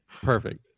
perfect